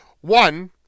One